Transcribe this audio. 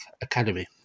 Academy